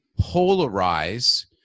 polarize